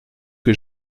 que